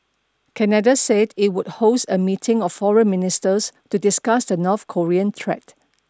Canada said it would host a meeting of foreign ministers to discuss the North Korean threat